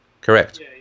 Correct